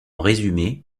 résumé